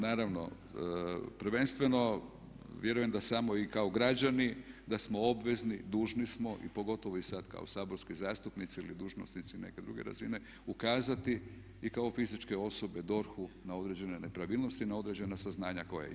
Naravno prvenstveno vjerujem da samo i kao građani da smo obvezni, dužni smo i pogotovo i sad kao saborski zastupnici ili dužnosnici neke druge razine ukazati i kao fizičke osobe DORH-u na određene nepravilnosti, na određena saznanja koja ima.